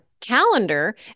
calendar